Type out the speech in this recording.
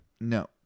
No